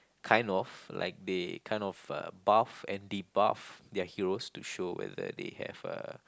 kind of like they kind of uh buff and they buff their heroes to show whether that they uh